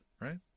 Right